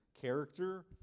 character